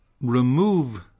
remove